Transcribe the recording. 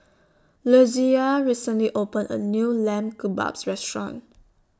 Lesia recently opened A New Lamb Kebabs Restaurant